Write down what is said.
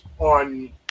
On